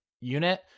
unit